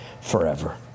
forever